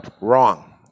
Wrong